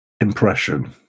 Impression